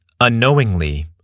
Unknowingly